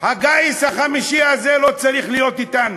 הגיס החמישי הזה לא צריך להיות אתנו.